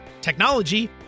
technology